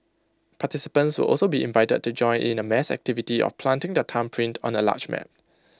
participants will also be invited to join in A mass activity of planting their thumbprint on A large map